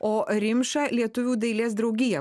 o rimša lietuvių dailės draugiją